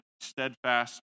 steadfast